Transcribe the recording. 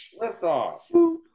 liftoff